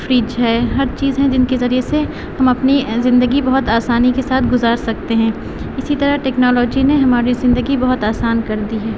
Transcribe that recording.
fridge ہے ہر چیز ہے جن کے ذریعے سے ہم اپنی زندگی بہت آسانی کے ساتھ گزار سکتے ہیں اسی طرح ٹیکنالاجی نے ہماری زندگی بہت آسان کردی ہے